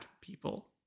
people